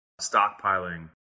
stockpiling